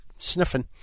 Sniffing